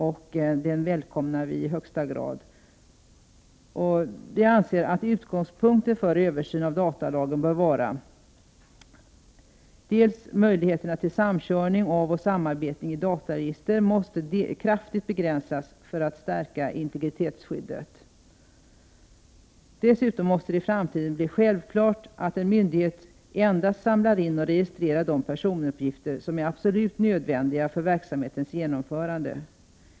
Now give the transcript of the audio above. Det välkomnar vi i högsta grad. Vi anser att utgångspunkterna för en översyn av datalagen bör vara följande: - Möjligheterna till samkörning av och sambearbetningar i dataregister måste kraftigt begränsas för att stärka integritetsskyddet. - Det måste i framtiden bli självklart att en myndighet endast samlar in och registrerar de personuppgifter som är absolut nödvändiga för verksamhetens genomförande.